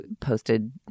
posted